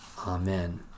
Amen